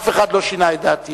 אף אחד לא שינה את דעתי.